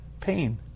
pain